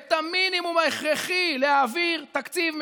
והמינימום ההכרחי, להעביר תקציב מדינה.